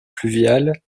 fluviale